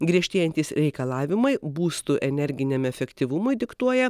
griežtėjantys reikalavimai būstų energiniam efektyvumui diktuoja